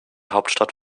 hauptstadt